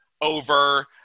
over